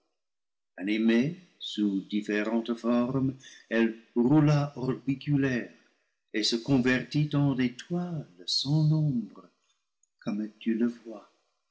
sous différentes formes elle roula orbiculaire et se convertit en étoiles sans nombre comme tu le vois